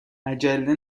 عجله